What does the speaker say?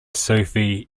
sophie